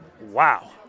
Wow